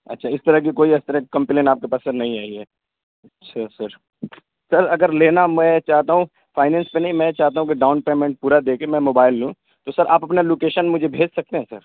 اچھا اس طرح کی کوئی اس طرح کمپلین آپ کے پاس نہیں آئی ہے اچھا سر سر اگر لینا میں چاہتا ہوں فائننس پہ نہیں میں یہ چاہتا ہوں کہ ڈاؤن پیمنٹ پورا دے کے میں موبائل لوں تو سر آپ اپنا لوکیشن مجھے بھیج سکتے ہیں سر